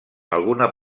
alguna